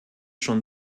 schon